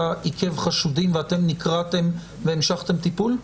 עיכב חשודים ואתם נקראתם והמשכתם טיפול?